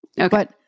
Okay